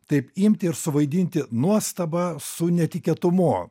taip imti ir suvaidinti nuostabą su netikėtumu